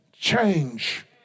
change